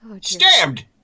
Stabbed